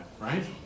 right